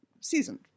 seasoned